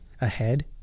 ahead